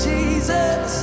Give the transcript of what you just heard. Jesus